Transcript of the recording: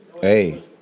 Hey